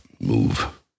move